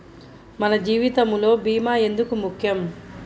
మన జీవితములో భీమా ఎందుకు ముఖ్యం?